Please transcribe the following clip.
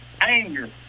anger